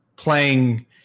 playing